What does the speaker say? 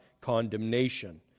condemnation